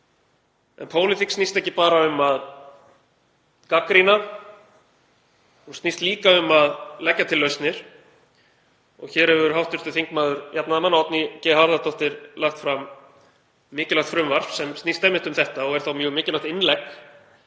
En pólitík snýst ekki bara um að gagnrýna, hún snýst líka um að leggja til lausnir og hér hefur hv. þingmaður jafnaðarmanna, Oddný G. Harðardóttir, lagt fram mikilvægt frumvarp sem snýst einmitt um þetta og er mjög mikilvægt innlegg